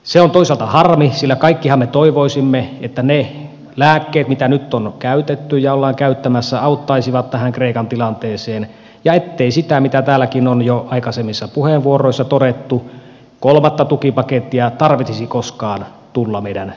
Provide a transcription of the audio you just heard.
se on toisaalta harmi sillä kaikkihan me toivoisimme että ne lääkkeet mitä nyt on käytetty ja ollaan käyttämässä auttaisivat tähän kreikan tilanteeseen ja ettei sitä mitä täälläkin on jo aikaisemmissa puheenvuoroissa todettu kolmatta tukipakettia tarvitsisi koskaan tulla meidän päätettäväksi